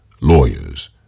lawyers